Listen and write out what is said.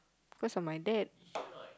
because of my dad